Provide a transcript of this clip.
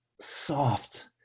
Soft